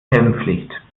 helmpflicht